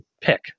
pick